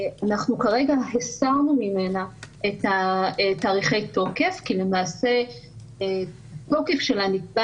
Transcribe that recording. אנחנו כרגע הסרנו ממנה את תאריכי תוקף כי למעשה התוקף שלה נקבע